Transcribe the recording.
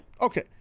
Okay